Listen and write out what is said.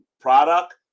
product